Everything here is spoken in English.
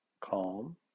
calm